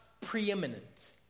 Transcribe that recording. preeminent